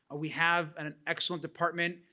we have an excellent department.